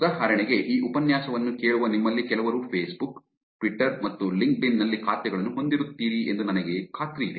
ಉದಾಹರಣೆಗೆ ಈ ಉಪನ್ಯಾಸವನ್ನು ಕೇಳುವ ನಿಮ್ಮಲ್ಲಿ ಕೆಲವರು ಫೇಸ್ ಬುಕ್ Facebook ಟ್ವಿಟ್ಟರ್ ಮತ್ತು ಲಿಂಕ್ಡ್ಇನ್ LinkedIn ನಲ್ಲಿ ಖಾತೆಗಳನ್ನು ಹೊಂದಿರುತ್ತೀರಿ ಎಂದು ನನಗೆ ಖಾತ್ರಿಯಿದೆ